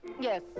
Yes